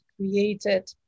created